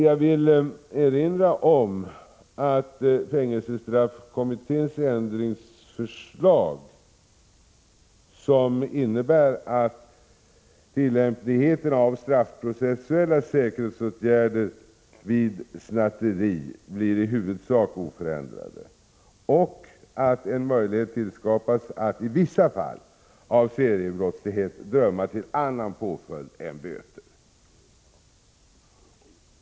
Jag vill erinra om att fängelsestraffkommitténs ändringsförslag innebär att tillämpligheten av de straffprocessuella säkerhetsåtgärderna vid snatteri i huvudsak blir oförändrade och att en möjlighet tillskapas att i vissa fall av seriebrottslighet döma till annan påföljd än böter.